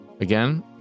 again